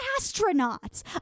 astronauts